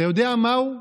אתה יודע מהו?